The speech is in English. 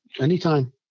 Anytime